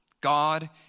God